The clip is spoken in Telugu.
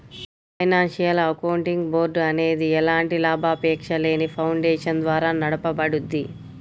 ఫైనాన్షియల్ అకౌంటింగ్ బోర్డ్ అనేది ఎలాంటి లాభాపేక్షలేని ఫౌండేషన్ ద్వారా నడపబడుద్ది